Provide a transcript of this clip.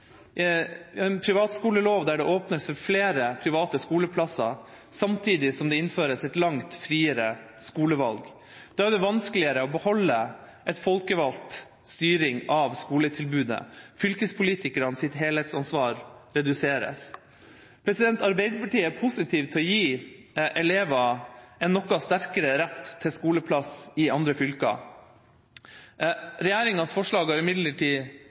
en privatskolelov der det åpnes for flere private skoleplasser og det innføres et langt friere skolevalg. Da er det vanskeligere å beholde en folkevalgt styring av skoletilbudet. Fylkespolitikernes helhetsansvar reduseres. Arbeiderpartiet er positiv til å gi elever en noe sterkere rett til skoleplass i andre fylker. Regjeringas forslag har imidlertid